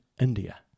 India